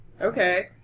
Okay